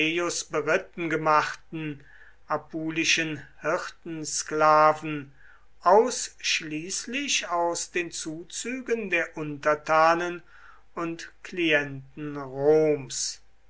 gemachten apulischen hirtensklaven ausschließlich aus den zuzügen der untertanen und klienten roms